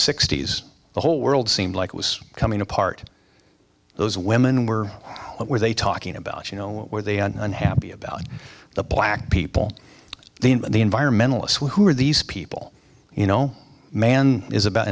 sixty's the whole world seemed like it was coming apart those women were what were they talking about you know where they are unhappy about the black people in the environmentalists who are these people you know man is about